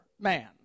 man